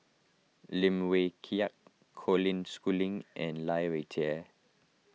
Lim Wee Kiak Colin Schooling and Lai Weijie